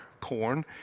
corn